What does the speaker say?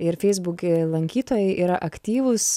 ir feisbuki lankytojai yra aktyvūs